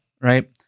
right